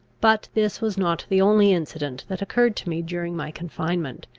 but this was not the only incident that occurred to me during my confinement,